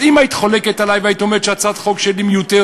אז אם היית חולקת עלי והיית אומרת שהצעת החוק שלי מיותרת,